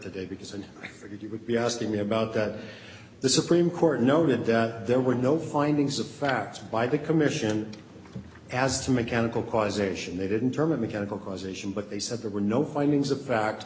today because and you would be asking me about that the supreme court noted that there were no findings of fact by the commission as to mechanical causation they didn't term a mechanical causation but they said there were no findings of fact